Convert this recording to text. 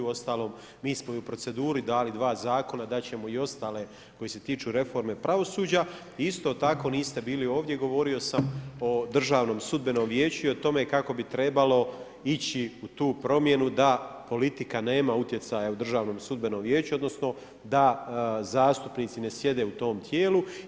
Uostalom mi smo i u proceduri dali 2 zakona, dati ćemo i ostale koji se tiču reforme pravosuđa i isto tako, niste bili ovdje, govorio sam o Državnom sudbenom vijeću i o tme kako bi trebalo ići u tu promjenu da politika nema utjecaja u Državnom sudbenom vijeću, odnosno, da zastupnici ne sjede u tom tijelu.